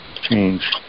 change